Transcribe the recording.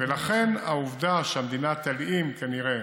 ולכן, העובדה שהמדינה תלאים, כנראה,